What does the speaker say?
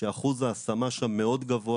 שאחוז ההשמה שם מאוד גבוה.